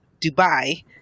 Dubai